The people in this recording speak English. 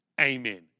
amen